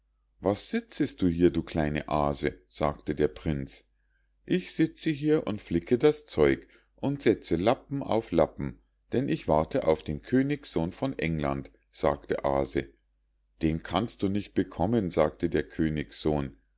was sitzest du hier du kleine aase sagte der prinz ich sitze hier und flicke das zeug und setze lappen auf lappen denn ich warte auf den königssohn von england sagte aase den kannst du nicht bekommen sagte der königssohn